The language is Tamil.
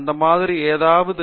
அந்த மாதிரி ஏதாவது